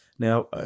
Now